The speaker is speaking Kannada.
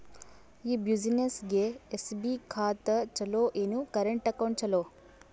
ಈ ಬ್ಯುಸಿನೆಸ್ಗೆ ಎಸ್.ಬಿ ಖಾತ ಚಲೋ ಏನು, ಕರೆಂಟ್ ಅಕೌಂಟ್ ಚಲೋ?